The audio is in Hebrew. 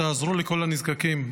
תעזרו לכל הנזקקים,